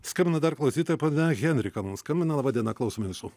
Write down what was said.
skambina dar klausytoja ponia henrika mum skambina laba diena klausome jūsų